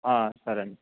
సరే అండి